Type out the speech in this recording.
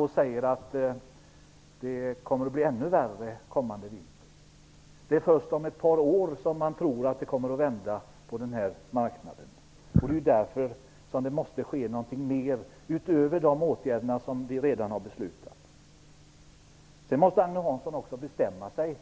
Där säger man att det kommer att bli ännu värre den kommande vintern. Man tror att det kommer att vända på den här marknaden först om ett par år. Det är därför som det måste ske något mer utöver de åtgärder som vi redan har beslutat om. Sedan måste Agne Hansson bestämma sig.